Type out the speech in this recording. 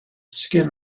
skin